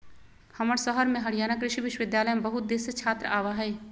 हमर शहर में हरियाणा कृषि विश्वविद्यालय में बहुत देश से छात्र आवा हई